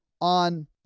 on